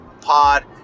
pod